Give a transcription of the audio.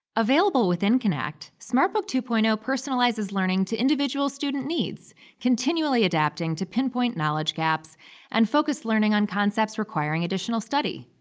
available within connect, smartbook two point zero personalizes learning to individual student needs continually adapting to pinpoint knowledge gaps and focus learning on concepts requiring additional study.